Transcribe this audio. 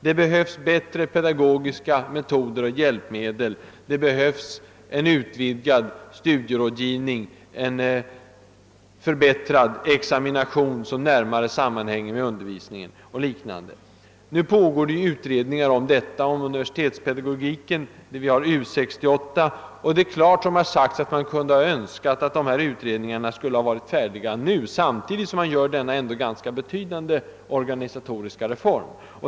Det behövs bättre pedagogiska metoder och hjälpmedel, en utvidgad studierådgivning, och en förbättrad examination som närmare sammanhänger med undervisningen. Nu pågår utredningar om universitetspedagogiken. Och vi har U 68. Det är klart att man skulle önska att dessa utredningar varit färdiga nu, samtidigt som vi beslutar om denna betydande organisatoriska reform.